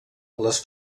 les